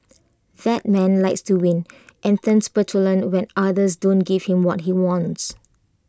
that man likes to win and turns petulant when others don't give him what he wants